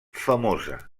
famosa